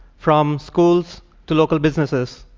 from schools to local businesses,